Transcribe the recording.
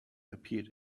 appeared